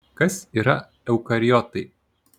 kas yra eukariotai